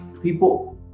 People